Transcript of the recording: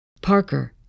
Parker